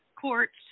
courts